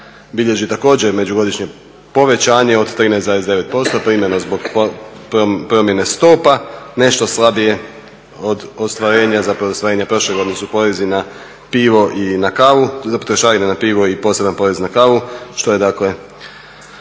bilježi također međugodišnje povećanje od 13,9%, primarno zbog promjene stopa, nešto slabije od ostvarenja, zapravo ostvarenja prošle godine su porezi na pivo i na kavu, za trošarine na pivo i poseban porez na kavu, što je dakle